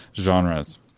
genres